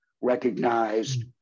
recognized